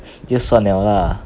就算了 lah